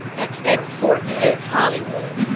exports. exports. yeah. is hollywood.